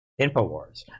InfoWars